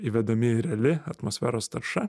įvedami reali atmosferos tarša